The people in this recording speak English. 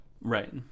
Right